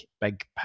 big